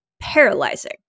paralyzing